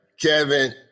Kevin